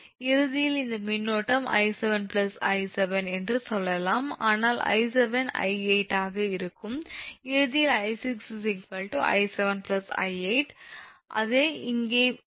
இறுதியில் இந்த மின்னோட்டம் 𝑖7𝐼7 என்று சொல்லலாம் ஆனால் 𝐼7 𝑖8 ஆக இருக்கும் இறுதியில் 𝐼6 𝑖7𝑖8 அதே இங்கே பொருந்தும்